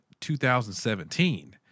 2017